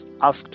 asked